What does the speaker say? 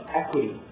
equity